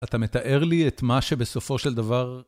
אתה מתאר לי את מה שבסופו של דבר...